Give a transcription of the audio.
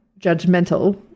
judgmental